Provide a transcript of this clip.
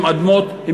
שהן אדמות,